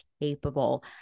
capable